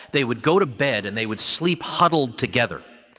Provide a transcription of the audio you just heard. they would go to bed, and they would sleep huddled together,